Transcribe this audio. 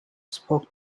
spoke